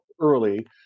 early